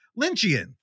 Lynchian